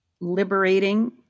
liberating